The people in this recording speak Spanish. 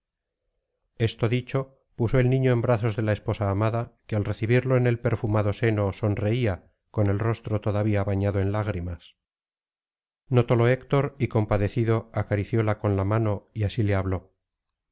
esto dicho puso el niño en brazos de la esposa amada que al recibirlo en el perfumado seno sonreía con el rostro todavía bañado en lágrimas notólo héctor y compadecido acaricióla con la mano y así le habló